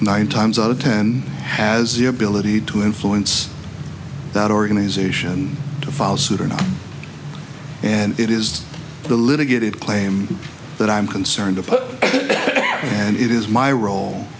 nine times out of ten has the ability to influence that organization to file suit or not and it is the litigated claim that i'm concerned about and it is my role